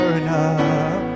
enough